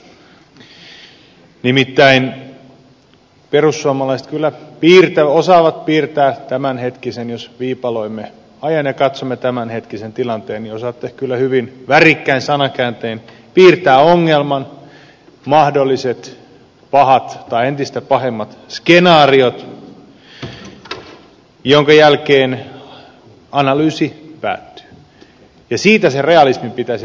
nimittäin perussuomalaiset kyllä osaavat piirtää jos viipaloimme ajan ja katsomme tämänhetkisen tilanteen hyvin värikkäin sanakääntein ongelman mahdolliset pahat tai entistä pahemmat skenaariot minkä jälkeen analyysi päättyy ja siitä sen realismin pitäisi vasta alkaa